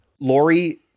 Lori